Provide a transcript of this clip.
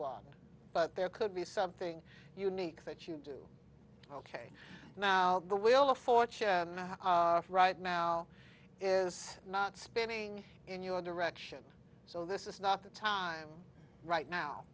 one but there could be something unique that you do ok now the wheel of fortune right now is not spinning in your direction so this is not the time right now